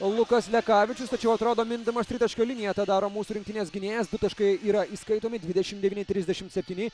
lukas lekavičius tačiau atrodo mindamas tritaškio liniją tą daro mūsų rinktinės gynėjas du taškai yra įskaitomi dvidešim devyni trisdešim septyni